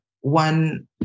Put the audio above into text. one